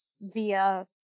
via